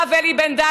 הרב אלי בן-דהן,